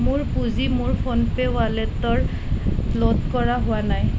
মোৰ পুঁজি মোৰ ফোন পে'ৰ ৱালেটৰ লোড কৰা হোৱা নাই